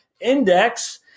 index